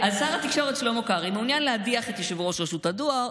אז שר התקשורת שלמה קרעי מעוניין להדיח את יושב-ראש רשות הדואר,